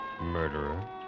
murderer